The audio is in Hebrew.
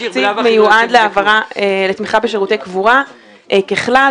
התקציב מיועד לתמיכה בשירותי קבורה ככלל,